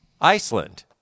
Iceland